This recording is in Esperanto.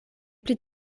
pli